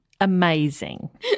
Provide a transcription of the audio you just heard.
Amazing